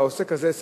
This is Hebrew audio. על העוסק הזה,